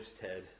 Ted